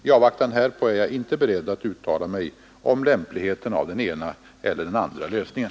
I avvaktan härpå är jag inte beredd att uttala mig om lämpligheten av den ena eller andra lösningen.